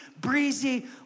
breezy